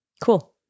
Cool